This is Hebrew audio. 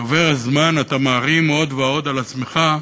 שעובר הזמן, אתה מערים עוד ועוד על עצמך,